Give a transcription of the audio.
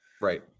right